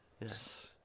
Yes